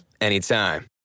anytime